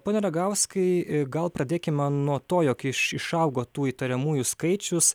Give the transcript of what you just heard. pone ragauskai gal pradėkime nuo to jog iš išaugo tų įtariamųjų skaičius